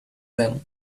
them